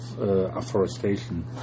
afforestation